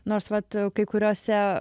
nors vat kai kuriose